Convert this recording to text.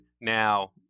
now